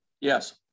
Yes